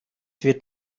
wird